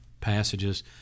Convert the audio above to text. passages